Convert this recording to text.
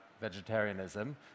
vegetarianism